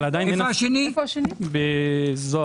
באזור